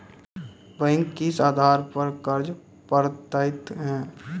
Bank किस आधार पर कर्ज पड़तैत हैं?